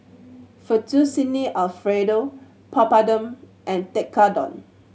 Fettuccine Alfredo Papadum and Tekkadon